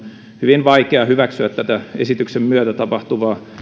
hyvin vaikea hyväksyä tätä esityksen myötä tapahtuvaa